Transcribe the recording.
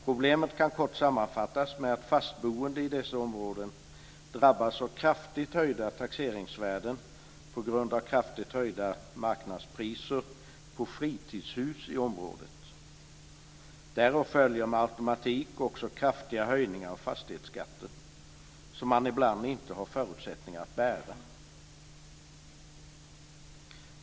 Problemet kan kort sammanfattas med att fastboende i dessa områden drabbas av kraftigt höjda taxeringsvärden på grund av kraftigt höjda marknadspriser på fritidshus i området. Därav följer med automatik också kraftiga höjningar av fastighetsskatten, som man ibland inte har förutsättningar att bära.